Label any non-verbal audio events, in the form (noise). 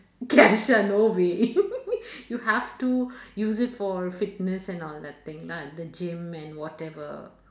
cash ah no way (laughs) you have to use it for fitness and all that thing lah the gym and whatever